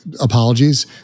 apologies